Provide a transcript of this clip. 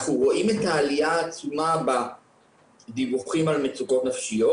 אנחנו רואים את העלייה העצומה בדיווחים על מצוקות נפשיות,